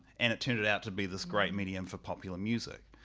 and it turned it out to be this great medium for popular music.